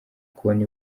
kubona